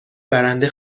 برنده